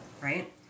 right